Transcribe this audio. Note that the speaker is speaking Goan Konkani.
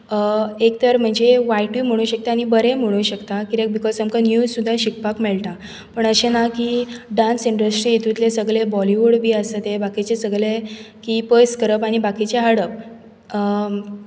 एक तर म्हणजें वायटूय म्हणू शकता आनी बरेंय म्हणू शकता कित्याक बिकोज आमकां नीव सुद्दा शिकपाक मेळटा पूण अशें ना की डांस इंडस्ट्रींतले सगळे बॉलीवुड बी आसात ते बाकीचे सगळे की पयस करप बाकीचे हाडप